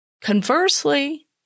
Conversely